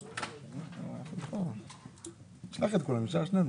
הן מנהלות את עצמן ולמעשה כך הן